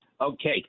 Okay